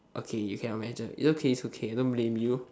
okay you cannot measure it's okay it's okay don't blame you